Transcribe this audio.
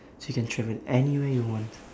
so you can travel anywhere you want